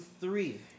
three